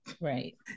right